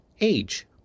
age